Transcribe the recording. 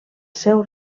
seu